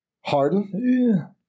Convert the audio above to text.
Harden